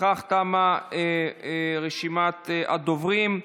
חבר הכנסת יוסף טייב,